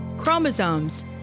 Chromosomes